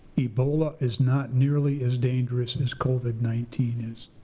ebola is not nearly as dangerous and as covid nineteen is.